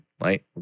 right